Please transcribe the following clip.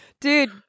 Dude